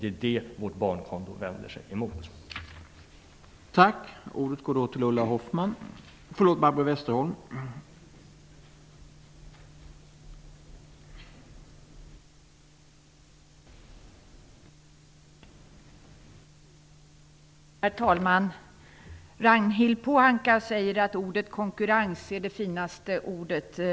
Det är det vi vänder oss emot med vårt förslag till barnkonto.